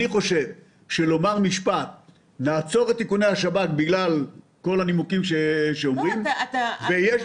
אני חושב שלעצור את איכוני השב"כ בגלל כל הנימוקים שנאמרים זה דבר שייצר